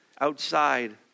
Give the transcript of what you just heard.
outside